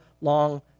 long